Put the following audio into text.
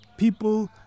People